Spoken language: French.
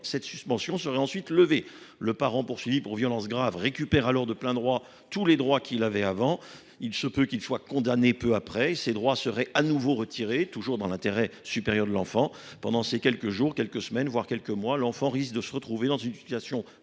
cette suspension serait levée. Le parent poursuivi pour violences graves retrouverait alors le plein exercice de tous les droits dont il disposait auparavant. Il se peut qu’il soit condamné peu après : ses droits lui seraient de nouveau retirés, toujours dans l’intérêt supérieur de l’enfant. Mais pendant quelques jours, quelques semaines, voire quelques mois, ce dernier risque de se retrouver dans une situation